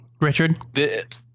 Richard